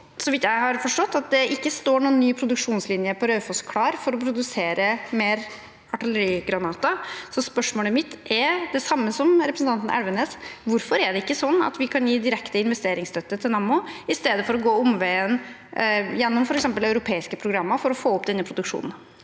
så vidt jeg har forstått – at det ikke står noen ny produksjonslinje på Raufoss klar for å produsere mer artillerigranater. Spørsmålet mitt er det samme som representanten Elvenes’: Hvorfor kan vi ikke gi direkte investeringsstøtte til Nammo, i stedet for å gå omveien gjennom f.eks. europeiske programmer for å få opp denne produksjonen?